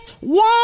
one